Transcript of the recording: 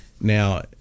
Now